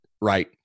right